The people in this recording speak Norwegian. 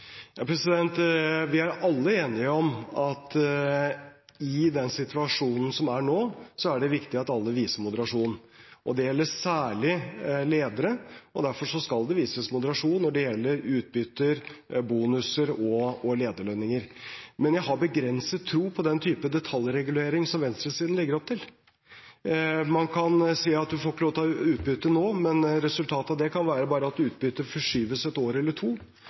situasjonen som er nå, er det viktig at alle viser moderasjon. Det gjelder særlig ledere, og derfor skal det vises moderasjon når det gjelder utbytter, bonuser og lederlønninger. Men jeg har begrenset tro på den type detaljregulering som venstresiden legger opp til. Man kan si at man ikke får lov til å ta ut utbytte nå, men resultatet av det kan være bare at utbyttet forskyves et år eller to.